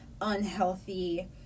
unhealthy